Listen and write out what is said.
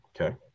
okay